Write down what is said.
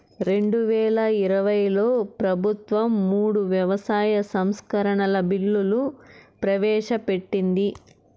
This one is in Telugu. రెండువేల ఇరవైలో ప్రభుత్వం మూడు వ్యవసాయ సంస్కరణల బిల్లులు ప్రవేశపెట్టింది